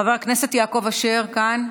חבר הכנסת יעקב אשר כאן?